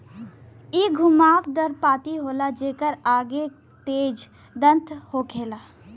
इ घुमाव दार पत्ती होला जेकरे आगे तेज दांत होखेला